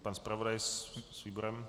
Pan zpravodaj s výborem?